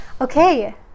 Okay